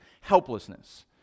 helplessness